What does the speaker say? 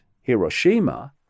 Hiroshima